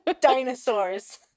dinosaurs